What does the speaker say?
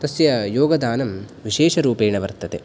तस्य योगदानं विशेषरूपेण वर्तते